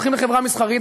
הולכים לחברה מסחרית,